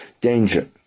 danger